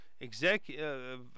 executive